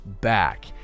back